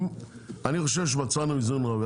אני יחושב שמצאנו איזון רגע,